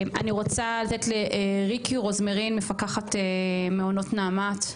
אני רוצה לתת לריקי רוזמרין מפקחת מעונות נעמ"ת,